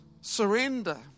surrender